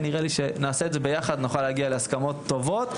נראה לי שאם נעשה את זה יחד נוכל להגיע להסכמות טובות.